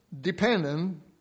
dependent